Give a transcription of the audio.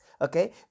okay